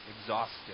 exhausted